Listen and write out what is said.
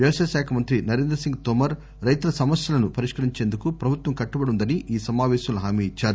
వ్యవసాయ శాఖ మంత్రి నరేంద్రసింగ్ తోమర్ రైతుల సమస్యలను పరిష్కరించేందుకు ప్రభుత్వం కట్టుబడి వుందని ఆ సమాపేశంలో హామీ ఇచ్చారు